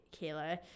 kayla